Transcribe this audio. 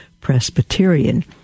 Presbyterian